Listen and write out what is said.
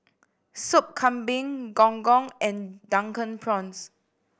Sop Kambing Gong Gong and Drunken Prawns